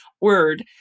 word